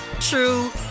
true